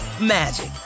magic